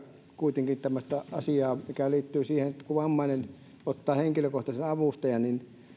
kuitenkin miettimään tämmöistä tähän liittyvää asiaa mikä liittyy siihen että kun vammainen ottaa henkilökohtaisen avustajan niin